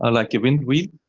ah like a wind wheel.